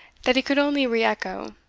that he could only re-echo,